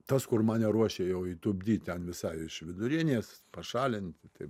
tas kur mane ruošė jau įtupdyt ten visai iš vidurinės pašalint nu tai